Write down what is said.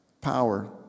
power